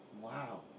Wow